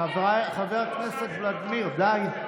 חבר הכנסת ולדימיר, די.